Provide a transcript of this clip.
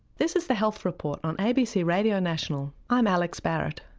this is the health report on abc radio national. i'm alex barratt.